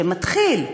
שמתחיל,